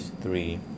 three